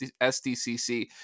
SDCC